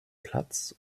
platz